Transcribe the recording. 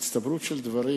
הצטברות של הדברים,